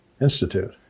institute